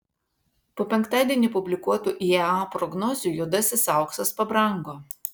po penktadienį publikuotų iea prognozių juodasis auksas pabrango